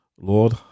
Lord